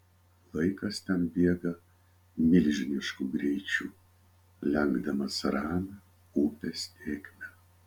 laikas ten bėga milžinišku greičiu lenkdamas ramią upės tėkmę